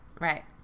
Right